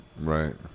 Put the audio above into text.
right